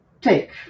take